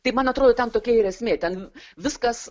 tai man atrodo ten tokia ir esmė ten viskas